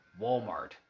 Walmart